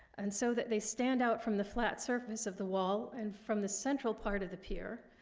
and so that they stand out from the flat surface of the wall and from the central part of the pier,